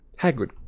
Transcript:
Hagrid